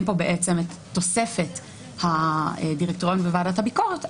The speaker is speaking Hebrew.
פה בעצם תוספת הדירקטוריון בוועדת הביקורת,